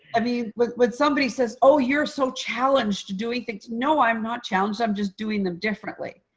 i mean, when somebody says, oh, you're so challenged doing things. no, i'm not challenged. i'm just doing them differently.